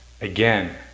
again